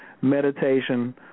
meditation